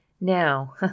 Now